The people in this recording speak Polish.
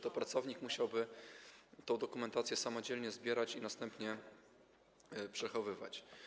to pracownik musiałby tę dokumentację samodzielnie zbierać i następnie przechowywać.